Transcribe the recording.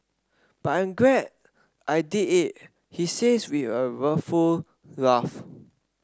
but I'm glad I did it he says with a rueful laugh